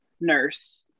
nurse